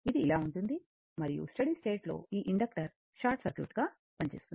ఇది ఇలా ఉంటుంది మరియు స్టడీ స్టేట్లో ఈ ఇండక్టర్ షార్ట్ సర్క్యూట్గా పనిచేస్తుంది